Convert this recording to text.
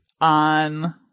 on